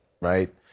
right